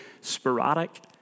sporadic